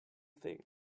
thing